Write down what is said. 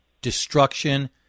destruction